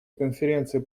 конференции